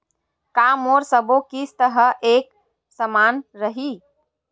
का मोर सबो किस्त ह एक समान रहि?